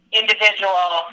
individual